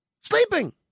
sleeping